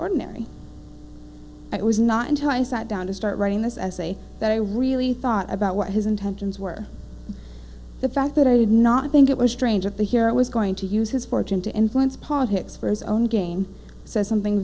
ordinary it was not until i sat down to start writing this essay that i really thought about what his intentions were the fact that i did not think it was strange at the here it was going to use his fortune to influence politics for his own gain says something